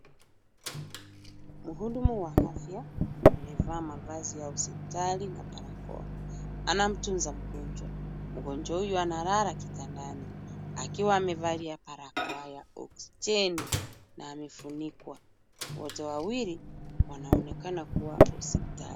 Mhudumu wa afya amevaa mavazi ya hospitali na barakoa. Anamtunza mgonjwa, mgonjwa huyu analala kitandani akiwa amevalia barakoa ya oxigeni na amefunikwa. Wote wawili wanaonekana kuwa hospitalini.